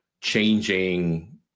changing